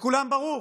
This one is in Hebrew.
לכולם ברור.